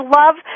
love